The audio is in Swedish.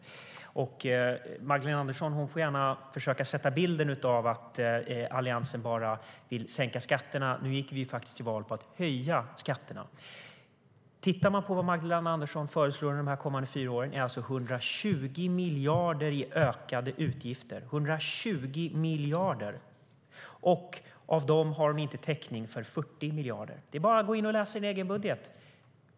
Magdalena Andersson får gärna försöka ge sken av att Alliansen bara vill sänka skatterna, men vi gick faktiskt till val på att höja skatterna. Det Magdalena Andersson föreslår under de kommande fyra åren är alltså 120 miljarder i ökade utgifter. Av dem har hon inte täckning för 40 miljarder. Det är bara att gå in och läsa din egen budget, Magdalena Andersson!